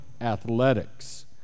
Athletics